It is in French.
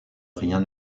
rien